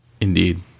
Indeed